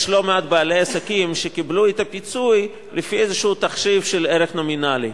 יש לא מעט בעלי עסקים שקיבלו את הפיצוי לפי איזה תחשיב של ערך נומינלי.